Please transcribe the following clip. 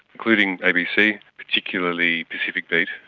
including abc, particularly pacific beat,